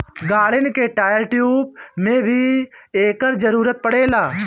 गाड़िन के tyre, tube में भी एकर जरूरत पड़ेला